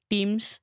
Teams